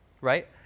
right